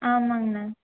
ஆமாங்ண்ண